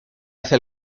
hace